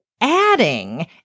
adding